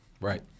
Right